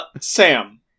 Sam